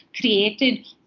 created